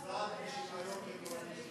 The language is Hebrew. המשרד לשוויון חברתי.